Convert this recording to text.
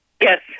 Yes